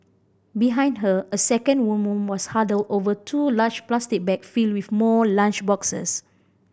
behind her a second woman was huddled over two large plastic bag filled with more lunch boxes